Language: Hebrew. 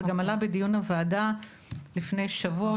זה גם עלה בדיון הוועדה לפני שבוע או